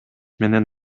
менен